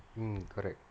mm correct